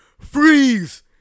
Freeze